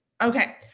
okay